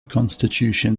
constitution